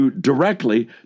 directly